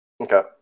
Okay